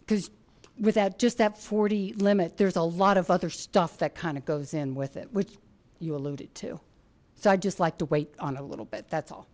because without just that forty limit there's a lot of other stuff that kind of goes in with it which you alluded to so i just like to wait on a little bit that's all